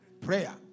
prayer